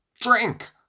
Drink